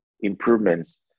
improvements